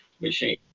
machine